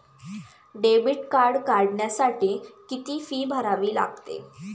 Debit card काढण्यासाठी किती fee भरावी लागते?